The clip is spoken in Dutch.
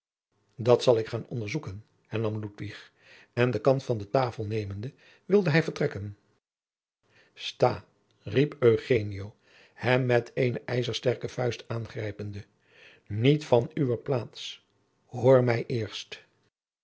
dat zal ik gaan onderzoeken hernam ludwig en de kan van de tafel nemende wilde hij vertrekken sta riep eugenio hem met eene ijzersterke vuist aangrijpende niet van uwe plaats hoor mij eerst